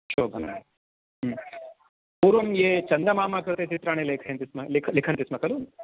शोभनं पूर्वं ये चन्दमामाकृते चित्राणि लेखयन्तिस्म लिख लिखन्तिस्म खलु